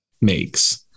makes